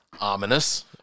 ominous